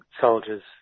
soldiers